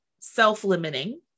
self-limiting